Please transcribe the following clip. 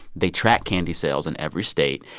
they track candy sales in every state.